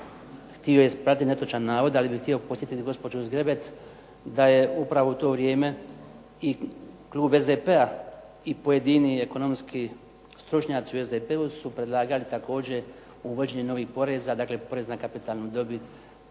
htio ispraviti netočan navod, ali bih htio podsjetiti gospođu Zgrebec da je upravo u to vrijeme i klub SDP-a i pojedini ekonomski stručnjaci u SDP-u su predlagali također uvođenje novih poreza. Dakle, poreza na kapitalnu dobit,